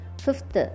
Fifth